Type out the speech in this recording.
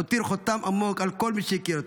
הוא הותיר חותם עמוק על כל מי שהכיר אותו.